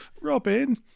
Robin